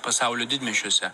pasaulio didmiesčiuose